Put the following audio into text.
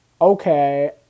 okay